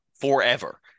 forever